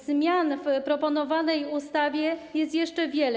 Zmian w proponowanej ustawie jest jeszcze wiele.